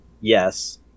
yes